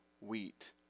wheat